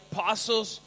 Apostles